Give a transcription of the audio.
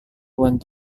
went